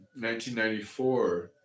1994